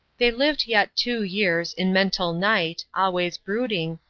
they lived yet two years, in mental night, always brooding,